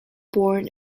born